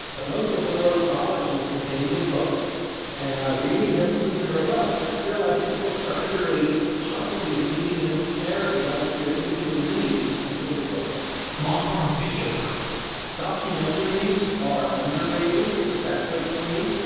but most of the world's knowledge is contained in books and reading has proven robust. but still, i think books are underrated. possibly, the median american last year didn't even read a single book long-form video content documentaries are underrated, if that's what you mean.